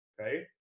okay